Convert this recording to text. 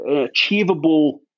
achievable